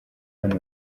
abana